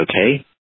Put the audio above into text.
okay